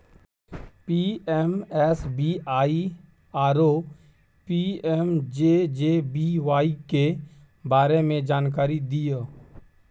PMSBY आरो PMJJBY के बारे मे जानकारी दिय?